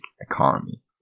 economy